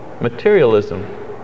materialism